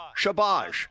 Shabaj